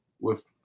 with-